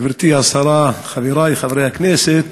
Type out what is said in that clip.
גברתי השרה, חברי חברי הכנסת,